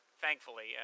thankfully